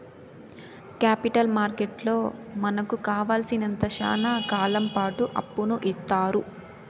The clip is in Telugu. కేపిటల్ మార్కెట్లో మనకు కావాలసినంత శ్యానా కాలంపాటు అప్పును ఇత్తారు